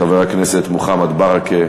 חבר הכנסת מוחמד ברכה,